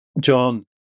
John